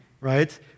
right